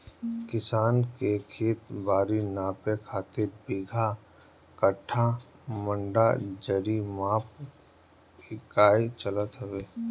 किसान के खेत बारी नापे खातिर बीघा, कठ्ठा, मंडा, जरी माप इकाई चलत हवे